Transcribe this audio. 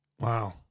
Wow